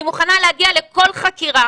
אני מוכנה להגיע לכל חקירה